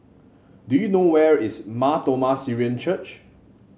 do you know where is Mar Thoma Syrian Church